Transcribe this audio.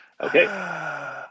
Okay